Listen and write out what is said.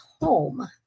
home